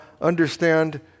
understand